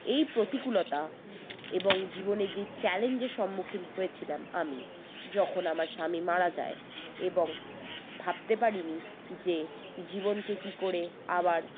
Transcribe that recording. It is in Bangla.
এই প্রতিকূলতা এবং জীবনে যে চ্যালেঞ্জের সম্মুখীন হয়েছিলাম আমি যখন আমার স্বামী মারা যায় এবং ভাবতে পারিনি যে জীবনকে কী করে আবার